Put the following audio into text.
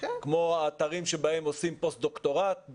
כמו האתרים שבהם עושים פוסט דוקטורט,